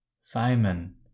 Simon